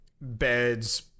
Beds